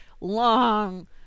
long